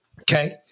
Okay